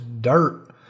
dirt